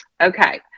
Okay